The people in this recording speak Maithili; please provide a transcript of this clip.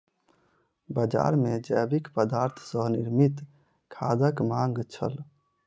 बजार मे जैविक पदार्थ सॅ निर्मित खादक मांग छल